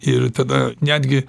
ir tada netgi